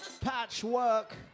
Patchwork